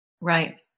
Right